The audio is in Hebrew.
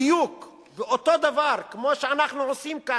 בדיוק ואותו דבר כמו שאנחנו עושים כאן,